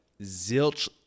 Zilch